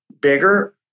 bigger